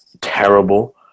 terrible